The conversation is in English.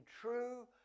true